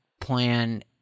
plan